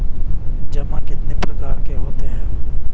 जमा कितने प्रकार के होते हैं?